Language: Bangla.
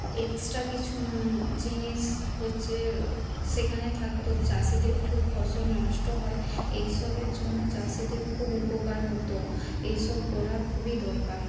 এক্সট্রা কিছু জিনিস হচ্ছে সেখানে থাকতো চাষিদের খুব ফসল নষ্ট হয় এইসবের জন্য চাষিদের খুব উপকার হত এইসব করা খুবই দরকার